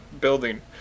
building